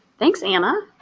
thanks anna.